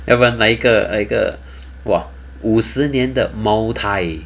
要不然来一个来一个 !wah! 五十年的 mou tai